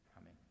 amen